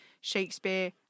Shakespeare